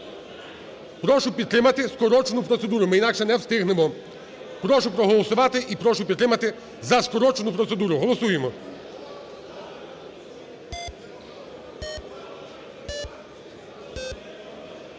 прошу підтримати скорочену процедуру, ми інакше не встигнемо. Прошу проголосувати і прошу підтримати за скорочену процедуру. Голосуємо.